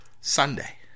Sunday